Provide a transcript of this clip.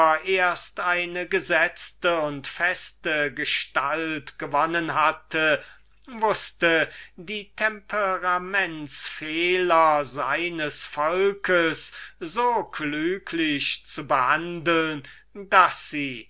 erst eine gesetzte und feste gestalt gewonnen hatte wußte diejenige art derselben welche man die temperaments fehler eines volks nennen kann so klüglich zu behandeln daß sie